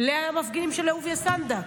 המפגינים של אהוביה סנדק,